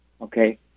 Okay